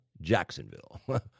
Jacksonville